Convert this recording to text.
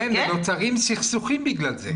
בגלל זה נוצרים סכסוכים .